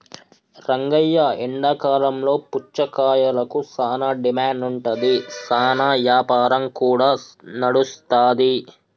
రంగయ్య ఎండాకాలంలో పుచ్చకాయలకు సానా డిమాండ్ ఉంటాది, సానా యాపారం కూడా నడుస్తాది